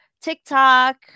TikTok